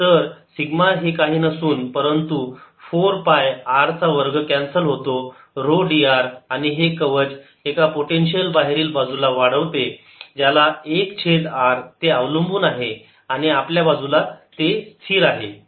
ρ4πr2 तर सिग्मा हे काही नसून परंतु 4 पाय r चा वर्ग कॅन्सल होते ऱ्हो dr आणि हे कवच एका पोटेन्शियल बाहेरील बाजूला वाढवते ज्याला 1 छेद r ते अवलंबून आहे आणि आपल्या बाजूला ते स्थिर आहे